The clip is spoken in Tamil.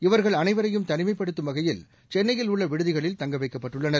இவர்கள் அனைவரையும் தனிமைப்படுத்தும் வகையில் சென்னையில் உள்ள விடுதிகளில் தங்க வைக்கப்பட்டுள்ளனர்